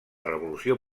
revolució